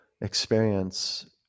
experience